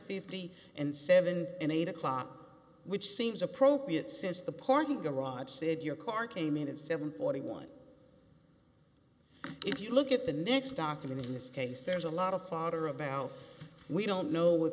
fifty and seven and eight o'clock which seems appropriate since the parking garage said your car came in at seven hundred and forty one if you look at the next document in this case there's a lot of fodder about we don't know what